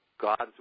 God's